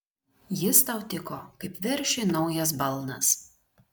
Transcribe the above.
jis tau tiko kaip veršiui naujas balnas